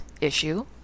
issue